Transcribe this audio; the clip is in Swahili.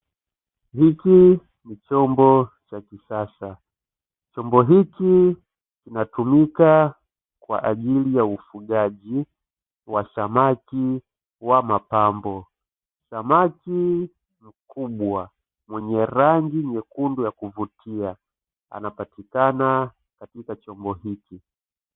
Hiki ni chombo cha kisasa, chombo hiki kinatumika kwa ajili ya ufugaji wa samaki wa mapambo, samaki mkubwa mwenye rangi nyekundu ya kuvutia anapatikana katika chombo hiki.